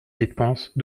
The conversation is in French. dépenses